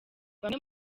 bamwe